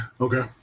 Okay